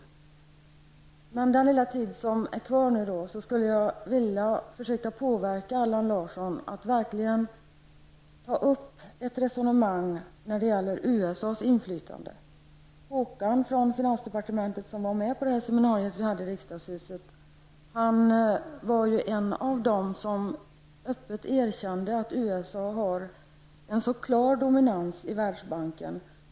Men under den lilla tid som är kvar på det här riksmötet vill jag försöka påverka Allan Larsson att verkligen ta upp ett resonemang när det gäller USAs inflytande. Håkan från finansdepartementet, som var med på det seminarium vi hade i riksdagshuset, var en av dem som öppet erkände att USA har en klar dominans i Världsbanken.